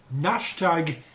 Hashtag